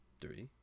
three